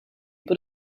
put